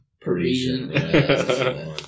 Parisian